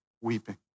weeping